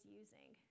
using